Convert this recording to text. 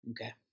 Okay